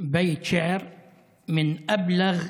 להלן תרגומם: